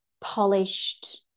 polished